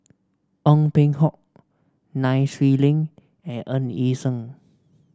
Ong Peng Hock Nai Swee Leng and Ng Yi Sheng